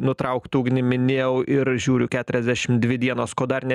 nutraukt ugnį minėjau ir žiūriu keturiasdešim dvi dienos ko dar ne